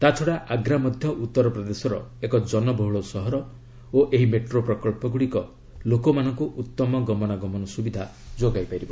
ତା'ଛଡା ଆଗ୍ରା ମଧ୍ୟ ଉତ୍ତରପ୍ରଦେଶର ଏକ ଜନବହୁଳ ସହର ଓ ଏହି ମେଟ୍ରୋ ପ୍ରକଳ୍ପଗୁଡ଼ିକ ଲୋକମାନଙ୍କୁ ଉତ୍ତମ ଗମନାଗମନ ସ୍ୱବିଧା ଯୋଗାଇବ